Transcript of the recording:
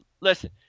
Listen